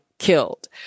killed